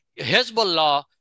Hezbollah